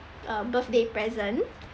a birthday present